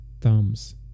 thumbs